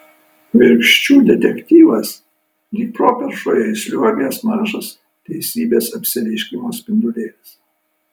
virkščių detektyvas lyg properšoje įsliuogęs mažas teisybės apsireiškimo spindulėlis